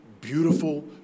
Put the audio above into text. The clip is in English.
beautiful